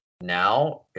now